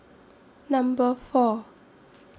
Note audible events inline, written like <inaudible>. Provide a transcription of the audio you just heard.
Number four <noise>